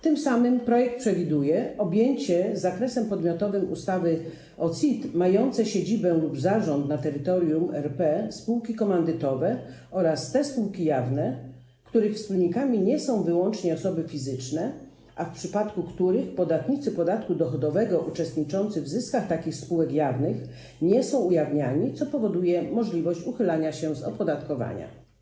Tym samym przewiduje, że obejmie się zakresem podmiotowym ustawy o CIT mające siedzibę lub zarząd na terytorium RP spółki komandytowe oraz te spółki jawne, których wspólnikami nie są wyłącznie osoby fizyczne, a w przypadku których podatnicy podatku dochodowego uczestniczący w zyskach takich spółek jawnych nie są ujawniani, co powoduje możliwość uchylania się od opodatkowania.